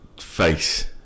face